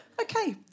Okay